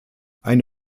eine